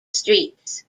streets